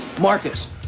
Marcus